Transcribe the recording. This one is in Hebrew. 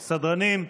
סדרנים,